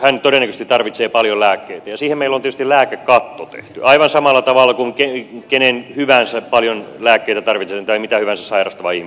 hän todennäköisesti tarvitsee paljon lääkkeitä ja siihen meillä on tietysti lääkekatto tehty aivan samalla tavalla kuin kenen hyvänsä paljon lääkkeitä tarvitsevan tai mitä hyvänsä sairastavan ihmisen kohdalla